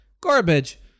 garbage